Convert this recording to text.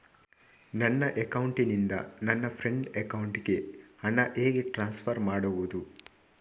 ನನ್ನ ಅಕೌಂಟಿನಿಂದ ನನ್ನ ಫ್ರೆಂಡ್ ಅಕೌಂಟಿಗೆ ಹಣ ಹೇಗೆ ಟ್ರಾನ್ಸ್ಫರ್ ಮಾಡುವುದು?